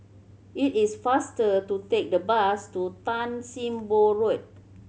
it is faster to take the bus to Tan Sim Boh Road